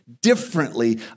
differently